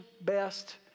best